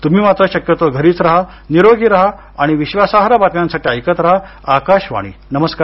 तुम्ही मात्र शक्यतो घरीच राहा निरोगी राहा आणि विश्वासार्ह बातम्यांसाठी ऐकत राहा आकाशवाणी नमस्कार